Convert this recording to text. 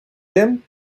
him